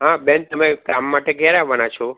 હા બેન તમે કામ માટે ક્યારે આવાના છો